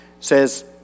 says